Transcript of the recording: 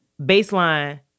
baseline